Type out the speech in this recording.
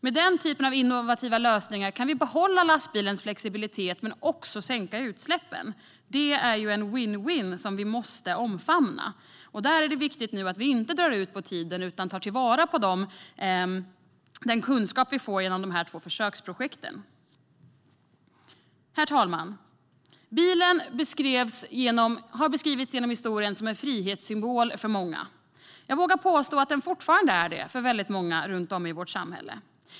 Med den här typen av innovativa lösningar kan vi behålla lastbilens flexibilitet men också minska utsläppen. Det är ju en vinn-vinnsituation som vi måste omfamna. Där är det viktigt att det inte drar ut på tiden utan att vi tar vara på den kunskap som vi får genom dessa två försöksprojekt. Herr talman! Bilen har beskrivits genom historien som en frihetssymbol. Jag vågar påstå att den fortfarande är det för många i vårt samhälle.